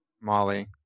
Molly